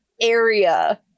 area